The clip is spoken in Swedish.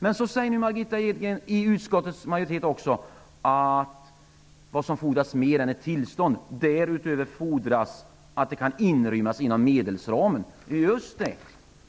Margitta Edgren säger tillsammans med utskottets majoritet också att vad som fordras mer än ett tillstånd är att det kan inrymmas inom medelsramen. Just det! Det skall